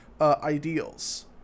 ideals